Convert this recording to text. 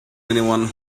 anyone